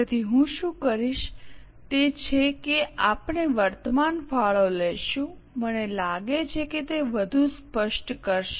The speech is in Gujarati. તેથી હું શું કરીશ તે છે કે આપણે વર્તમાન ફાળો લઈશું મને લાગે છે કે તે વધુ સ્પષ્ટ કરશે